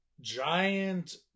Giant